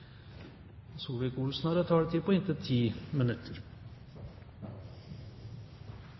ordet, har en taletid på inntil 3 minutter.